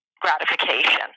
gratification